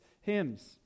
hymns